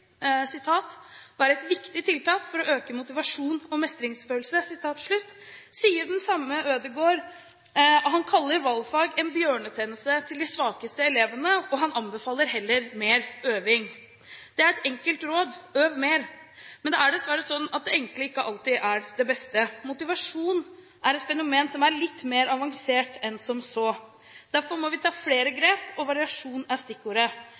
et viktig tiltak for å øke motivasjon og mestringsfølelse», sier den samme Ødegaard at valgfagene gjør de svakeste elevene en bjørnetjeneste, og han anbefaler heller mer øving. Øv mer er et enkelt råd, men det er dessverre slik at det enkle ikke alltid er det beste. Motivasjon er et fenomen som er litt mer avansert enn som så. Derfor må vi ta flere grep, og variasjon er stikkordet.